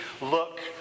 look